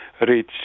rich